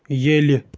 ییٚلہِ